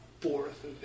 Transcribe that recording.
fourth